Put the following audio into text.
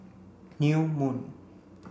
New Moon